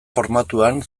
formatuan